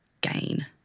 gain